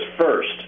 first